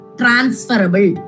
transferable